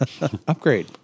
Upgrade